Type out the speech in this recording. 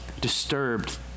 disturbed